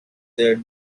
their